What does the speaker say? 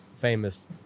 famous